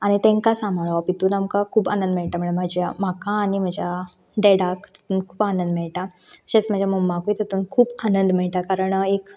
आनी तेंका साबांळप हितून आमकां खूब आनंद मेळटा म्हळ्यार म्हाका आनी म्हज्या डडाक खूब आनंद मेळटा तशेंच म्हज्या ममामकूय तितून खूब आनंद मेळटा कारण एक